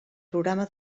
programa